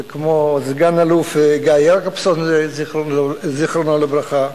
וכמו סגן-אלוף גיא יעקבסון, זיכרונו לברכה,